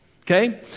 Okay